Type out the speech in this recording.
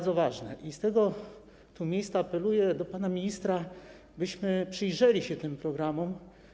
Z tego miejsca apeluję do pana ministra, byśmy przyjrzeli się tym programom.